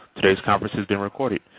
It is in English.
today's conference is being recorded.